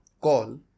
call